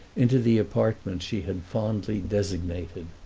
into the apartment she had fondly designated.